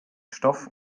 stoff